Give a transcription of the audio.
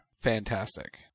Fantastic